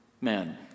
men